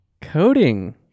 coding